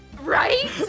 Right